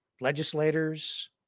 legislators